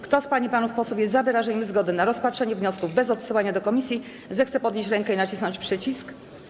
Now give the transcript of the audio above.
Kto z pań i panów posłów jest za wyrażeniem zgody na rozpatrzenie wniosków bez odsyłania do komisji, zechce podnieść rękę i nacisnąć przycisk.